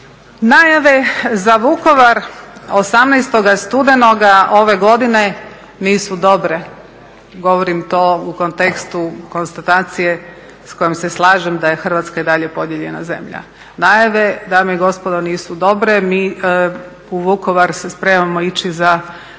Najave za Vukovar 18.studenoga ove godine nisu dobre, govorim to u kontekstu konstatacije s kojom se slažem da je Hrvatska i dalje podijeljena zemlja. Najave dame i gospodo nisu dobre, mi u Vukovar se spremamo ići evo